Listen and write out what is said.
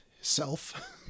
Self